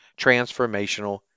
transformational